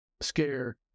scare